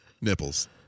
Nipples